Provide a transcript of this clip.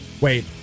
wait